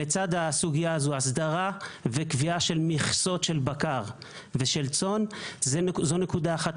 הסדרה וקביעה של מכסות בקר וצאן זו נקודה אחת.